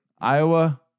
Iowa